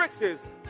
riches